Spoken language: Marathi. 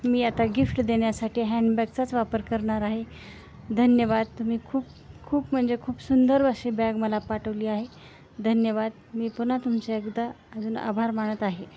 मी आता गिफ्ट देण्यासाठी हँन्डबॅगचाच वापर करणार आहे धन्यवाद तुम्ही खूप खूप म्हणजे खूप सुंदर अशी बॅग मला पाठवली आहे धन्यवाद मी पुन्हा तुमच्या एकदा अजून आभार मानत आहे